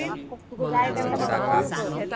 म्हाका तुका जाय तेन्ना म्हाका कॉल कर